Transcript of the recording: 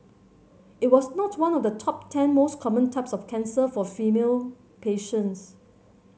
it was not one of the top ten most common types of cancer for female patients